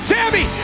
Sammy